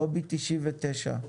לובי 99,